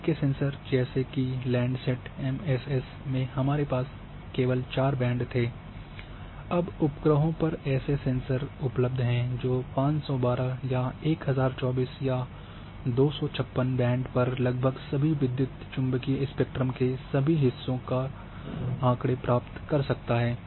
पहले के सेंसर जैसे की लैंडसैट एमएसएस में हमारे पास केवल चार बैंड बैंड थे अब उपग्रहों पर ऐसे सेंसर उपलब्ध हैं जो 512 या 1024 या 256 बैंड पर लगभग सभी विद्युत चुम्बकीय स्पेक्ट्रम के सभी हिस्सों पर आँकड़े प्राप्त कर सकता है